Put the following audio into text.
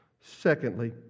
Secondly